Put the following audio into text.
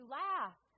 laugh